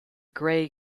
grey